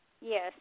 Yes